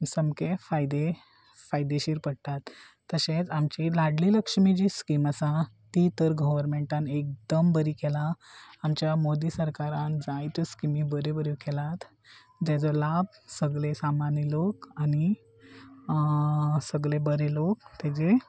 सामके फायदे फायदेशीर पडटात तशेंच आमची लाडली लक्ष्मी जी स्कीम आसा ती तर गोवर्मेंटान एकदम बरी केला आमच्या मोदी सरकारान जाय त्यो स्किमी बऱ्यो बऱ्यो केलात ताजो लाभ सगले सामान्य लोक आनी सगले बरे लोक तेजे